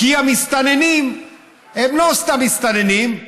כי המסתננים הם לא סתם מסתננים.